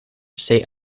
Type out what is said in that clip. say